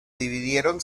dividieron